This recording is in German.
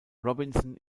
robinson